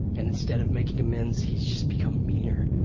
and instead of making amends he's just become meaner.